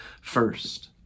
first